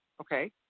okay